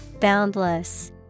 boundless